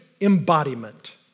embodiment